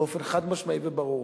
באופן חד-משמעי וברור,